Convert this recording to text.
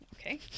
Okay